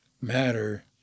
matter